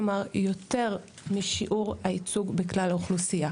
כלומר יותר משיעור הייצוג בכלל האוכלוסיה.